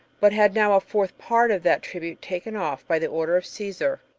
but had now a fourth part of that tribute taken off by the order of caesar,